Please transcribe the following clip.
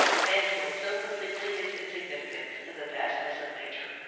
man feels so completely his insignificance, and the vastness of nature.